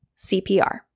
CPR